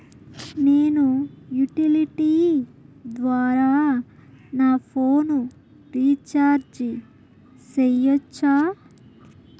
నేను యుటిలిటీ ద్వారా నా ఫోను రీచార్జి సేయొచ్చా?